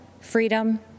freedom